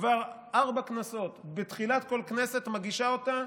כבר ארבע כנסות, בתחילת כל כנסת מגישה אותה,